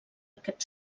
aquest